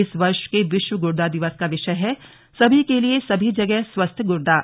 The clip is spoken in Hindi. इस वर्ष के विश्व गुर्दा दिवस का विषय है सभी के लिए सभी जगह स्वस्थ गुर्दा